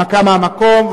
הנמקה מהמקום.